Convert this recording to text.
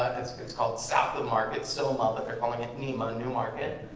it's called south of market, soma, but they're calling it nema, new market.